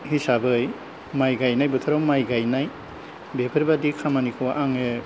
हिसाबै माइ गायनाय बोथोराव माइ गायनाय बेफोरबायदि खामानिखौ आङो